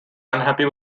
unhappy